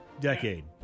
decade